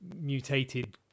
mutated